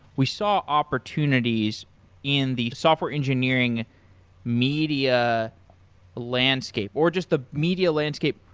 we saw opportunities in the software engineering media landscape, or just the media landscape.